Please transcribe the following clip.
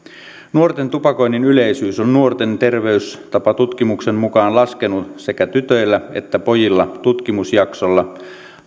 nuorten tupakoinnin yleisyys on nuorten terveystapatutkimuksen mukaan laskenut sekä tytöillä että pojilla tutkimusjaksolla vuosien